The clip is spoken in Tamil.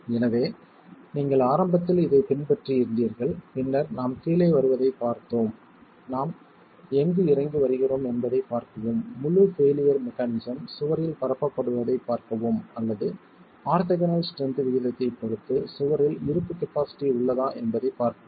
எனவே நீங்கள் ஆரம்பத்தில் இதைப் பின்பற்றியிருந்தீர்கள் பின்னர் நாம் கீழே வருவதைப் பார்த்தோம் நாம் எங்கு இறங்கி வருகிறோம் என்பதைப் பார்க்கவும் முழு பெயிலியர் மெக்கானிசம் சுவரில் பரப்பப்படுவதைப் பார்க்கவும் அல்லது ஆர்த்தோகனல் ஸ்ட்ரென்த் விகிதத்தைப் பொறுத்து சுவரில் இருப்பு கபாஸிட்டி உள்ளதா என்பதைப் பார்க்கவும்